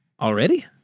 already